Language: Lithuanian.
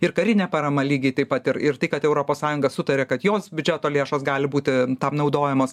ir karinė parama lygiai taip pat ir ir tai kad europos sąjunga sutarė kad jos biudžeto lėšos gali būti tam naudojamos